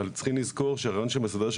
אבל צריכים לזכור שהרעיון המסדר של